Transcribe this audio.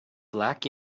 black